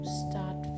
start